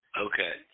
Okay